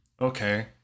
Okay